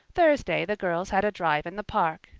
thursday the girls had a drive in the park,